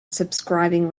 subscribing